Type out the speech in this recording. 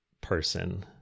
person